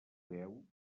veu